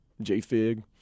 J-Fig